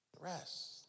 Rest